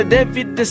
David